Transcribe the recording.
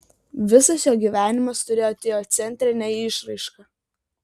visas jo gyvenimas turėjo teocentrinę išraišką